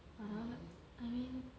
(uh huh) I mean